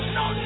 no